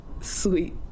Sweet